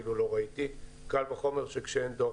קל וחומר שכשאין דוח